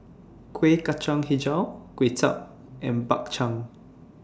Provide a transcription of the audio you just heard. Kueh Kacang Hijau Kway Chap and Bak Chang